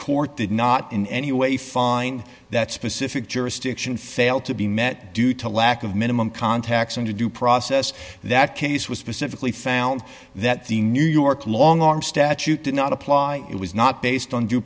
court did not in any way find that specific jurisdiction failed to be met due to lack of minimum contacts and to due process that case was specifically found that the new york long arm statute did not apply it was not based on d